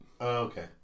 okay